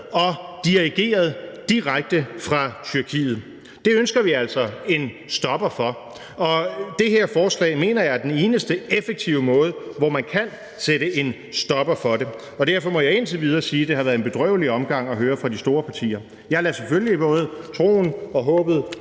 og dirigeret direkte fra Tyrkiet. Det ønsker vi altså at sætte en stopper for, og det her forslag mener jeg er den eneste effektive måde, hvorpå man kan sætte en stopper for det. Derfor må jeg indtil videre sige, at det har været en bedrøvelig omgang at høre fra de store partier. Jeg overlader selvfølgelig både troen og håbet